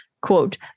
quote